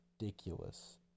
ridiculous